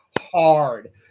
hard